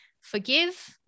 forgive